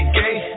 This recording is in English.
gay